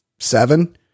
seven